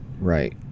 right